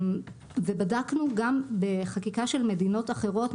בדקנו גם בחקיקה של מדינות אחרות,